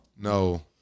No